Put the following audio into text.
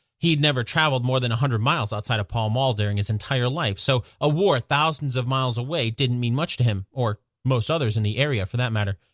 he'd never traveled more than a hundred miles outside of pall mall during his entire life, so a war thousands of miles away didn't mean much to him or most others in the area, for that matter.